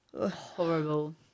horrible